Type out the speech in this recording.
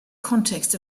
context